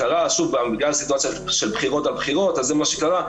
בגלל הסיטואציה של בחירות על בחירות אז זה מה שקרה.